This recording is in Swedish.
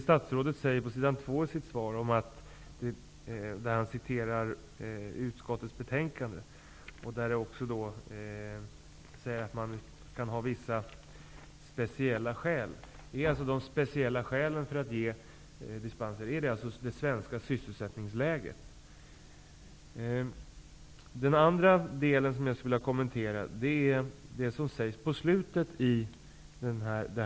Statsrådet citerar på s. 2 i sitt svar utskottets betänkande. Där sägs att man kan ha vissa speciella skäl. Är de speciella skälen för att ge dispenser det svenska sysselsättningsläget? En annan fråga som jag vill kommentera är det som sägs på slutet i svaret.